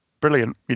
brilliant